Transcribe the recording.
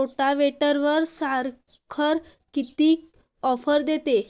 रोटावेटरवर सरकार किती ऑफर देतं?